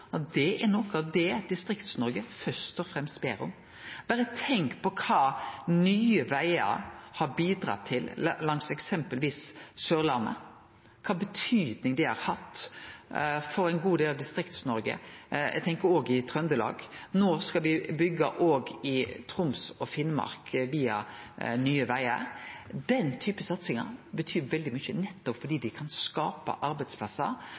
Berre tenk på kva nye vegar har bidratt til på eksempelvis Sørlandet, kva betydning det har hatt for ein god del av Distrikts-Noreg – eg tenkjer òg i Trøndelag. No skal me byggje òg i Troms og Finnmark, via Nye Vegar. Den type satsingar betyr veldig mykje, nettopp fordi dei kan skape arbeidsplassar